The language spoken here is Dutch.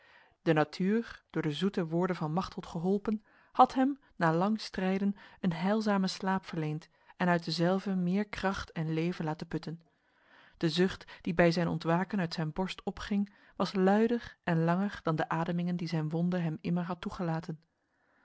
de natuur door de zoete woorden van machteld geholpen had hem na lang strijden een heilzame slaap verleend en uit dezelve meer kracht en leven laten putten de zucht die bij zijn ontwaken uit zijn borst opging was luider en langer dan de ademingen die zijn wonde hem immer had toegelaten